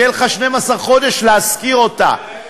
יהיו לך 12 חודש להשכיר אותה.